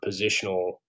positional